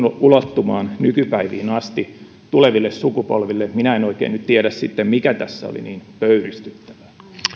ulottumaan nykypäiviin asti tuleville sukupolville eli minä en oikein nyt tiedä sitten mikä tässä oli niin pöyristyttävää